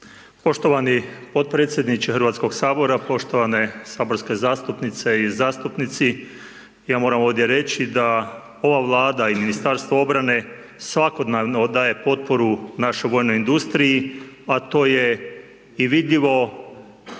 Poštovani potpredsjedniče Hrvatskoga sabora, poštovane saborske zastupnice i zastupnici. Ja moram ovdje reći da ova Vlada i Ministarstvo obrane svakodnevno daje potporu našoj vojnoj industriji a to je i vidljivo